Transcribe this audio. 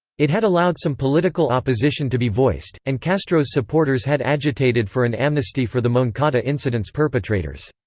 it had allowed some political opposition to be voiced, and castro's supporters had agitated for an amnesty for the moncada incident's perpetrators.